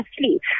sleep